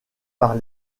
par